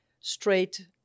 straight